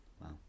Wow